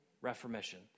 reformation